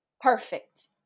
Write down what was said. perfect